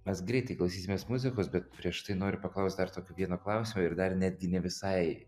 mes greitai klausysimės muzikos bet prieš tai noriu paklaust dar tokio vieno klausimo ir dar netgi ne visai